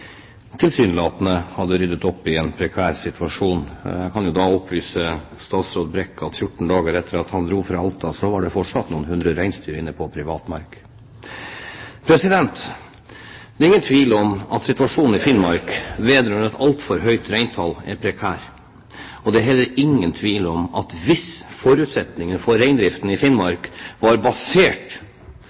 tilsynelatende hadde ryddet opp i en prekær situasjon. Jeg kan opplyse statsråd Brekk om at 14 dager etter at han dro fra Alta, var det fortsatt noen hundre reinsdyr inne på privat mark. Det er ingen tvil om at situasjonen i Finnmark vedrørende et altfor høyt reintall er prekær. Det er heller ingen tvil om at hvis forutsetningene for reindriften i Finnmark hadde vært basert